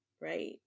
right